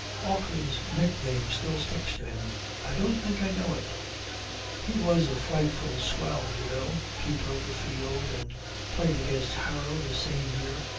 ockley's nickname still sticks to him i don't think i know it he was a frightful swell, you know. keeper of the field, and played against harrow the same year.